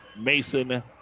Mason